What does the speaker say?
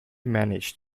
managed